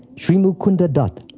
shri mukunda datta,